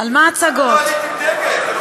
למה לא עלית עם דגל?